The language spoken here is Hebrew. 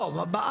לא,